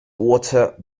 water